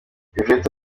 yvette